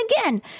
again